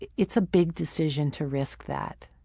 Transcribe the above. it's a big decision to risk that.